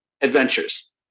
adventures